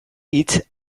hitz